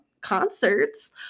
concerts